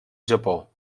japó